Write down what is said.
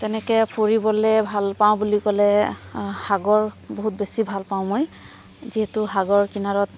তেনেকৈ ফুৰিবলৈ ভাল পাওঁ বুলি ক'লে সাগৰ বহুত বেছি ভাল পাওঁ মই যিহেতু সাগৰ কিনাৰত